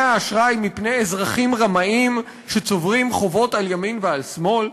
האשראי מפני אזרחים רמאים שצוברים חובות על ימין ועל שמאל?